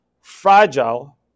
fragile